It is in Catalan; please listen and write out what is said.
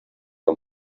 que